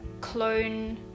clone